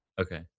Okay